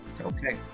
Okay